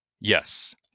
Yes